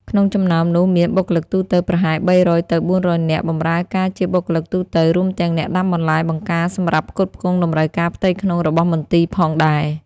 ក្នុងចំណោមនោះមាន បុគ្គលិកទូទៅ ប្រហែល ៣០០ ទៅ៤០០ នាក់ បម្រើការជាបុគ្គលិកទូទៅ រួមទាំងអ្នកដាំបន្លែបង្ការសម្រាប់ផ្គត់ផ្គង់តម្រូវការផ្ទៃក្នុងរបស់មន្ទីរផងដែរ។